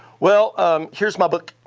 well um here's my book.